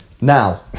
now